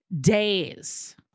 days